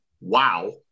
wow